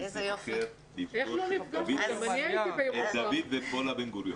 לבקר את פולה ודוד בן גוריון.